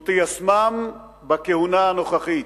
ותיישמם בכהונה הנוכחית,